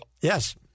yes